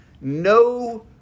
No